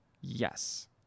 Yes